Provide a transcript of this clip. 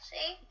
See